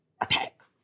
attack